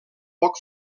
poc